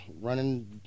running